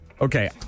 Okay